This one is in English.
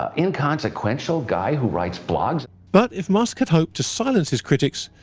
ah inconsequential guy who writes blogs? but if musk had hoped to silence his critics,